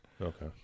Okay